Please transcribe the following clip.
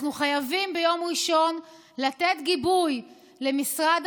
אנחנו חייבים ביום ראשון לתת גיבוי למשרד